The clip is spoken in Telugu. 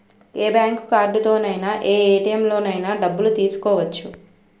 ఏ బ్యాంక్ కార్డుతోనైన ఏ ఏ.టి.ఎం లోనైన డబ్బులు తీసుకోవచ్చు